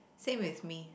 same with me